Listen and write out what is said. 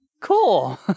cool